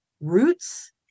roots